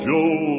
Joe